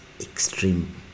extreme